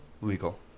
legal